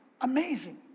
Amazing